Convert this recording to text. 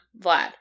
Vlad